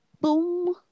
Boom